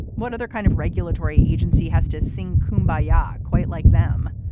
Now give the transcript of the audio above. what other kind of regulatory agency has to sing kumbaya. ah quite like them.